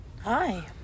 Hi